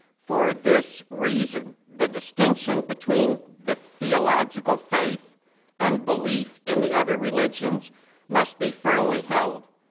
for this reason, the distinction between the theological faith and belief in the other religions must be firmly held.